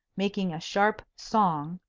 making a sharp song,